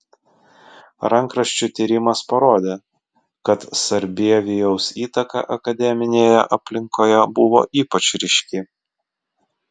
rankraščių tyrimas parodė kad sarbievijaus įtaka akademinėje aplinkoje buvo ypač ryški